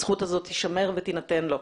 הזכות הזו תישמר ותינתן לו.